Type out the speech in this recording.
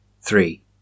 three